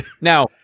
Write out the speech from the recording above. now